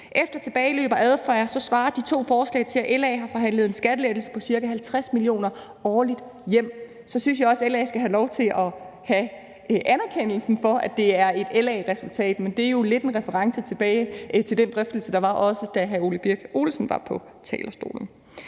Efter tilbageløb og adfærd svarer de to forslag til, at LA har forhandlet en skattelettelse på ca. 50 mio. kr. årligt hjem. Og så synes jeg også, at LA skal have lov til at tage anerkendelsen for, at det er et LA-resultat. Det er jo også lidt en reference tilbage til den drøftelse, der var, da hr. Ole Birk Olesen var på talerstolen.